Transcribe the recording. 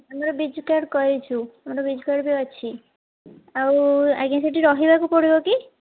ଆମର ବିଜୁ କାର୍ଡ଼ କରିଛୁ ଆମର ବିଜୁ କାର୍ଡ଼ ବି ଅଛି ଆଉ ଆଜ୍ଞା ସେଇଠି ରହିବାକୁ ପଡ଼ିବ କି